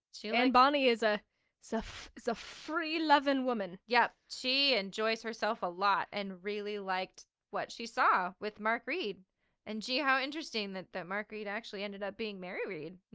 and bonny is ah so so a free loving woman yeah. she enjoys herself a lot and really liked what she saw with mark read and gee, how interesting that that mark read actually ended up being mary read,